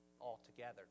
altogether